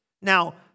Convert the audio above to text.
Now